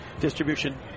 distribution